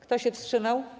Kto się wstrzymał?